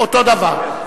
אותו דבר.